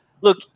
Look